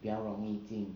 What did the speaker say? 比较容易进